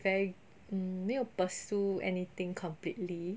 very mm 没有 pursue anything completely